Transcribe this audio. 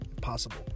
possible